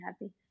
happy